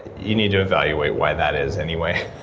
you need to evaluate why that is anyway.